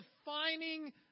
defining